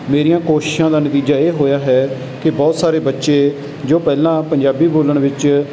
ਮੇਰੀਆਂ ਕੋਸ਼ਿਸ਼ਾਂ ਦਾ ਨਤੀਜਾ ਇਹ ਹੋਇਆ ਹੈ ਕਿ ਬਹੁਤ ਸਾਰੇ ਬੱਚੇ ਜੋ ਪਹਿਲਾਂ ਪੰਜਾਬੀ ਬੋਲਣ ਵਿੱਚ